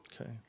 Okay